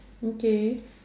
okay